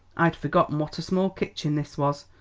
i'd forgotten what a small kitchen this was.